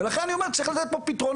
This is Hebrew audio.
ולכן אני אומר צריך לתת גם פתרונות.